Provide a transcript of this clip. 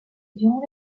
durant